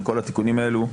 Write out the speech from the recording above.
בכל התיקונים האלה,